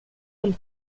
del